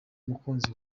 umukunzi